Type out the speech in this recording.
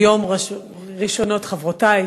היום ראשונות חברותי,